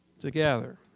together